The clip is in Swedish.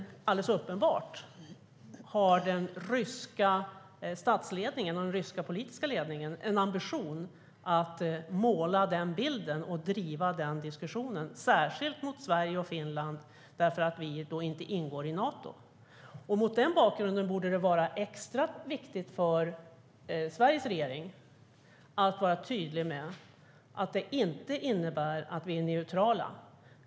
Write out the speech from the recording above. Alldeles uppenbart har dock den ryska statsledningen och den ryska politiska ledningen en ambition att måla den bilden och driva den diskussionen särskilt mot Sverige och Finland, eftersom vi inte ingår i Nato.Därför borde det vara extra viktigt för Sveriges regering att vara tydlig med att det inte innebär att vi är neutrala.